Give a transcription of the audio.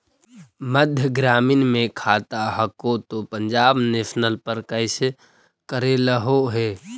मध्य ग्रामीण मे खाता हको तौ पंजाब नेशनल पर कैसे करैलहो हे?